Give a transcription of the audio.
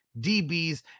DBs